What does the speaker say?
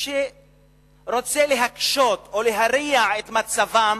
שרוצה להקשות או להרע את מצבם